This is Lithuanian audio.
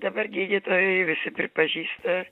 dabar gydytojai visi pripažįsta